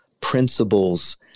principles